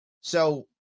So-